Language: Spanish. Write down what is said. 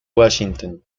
washington